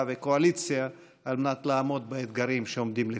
וקואליציה על מנת לעמוד באתגרים שעומדים לפתחנו.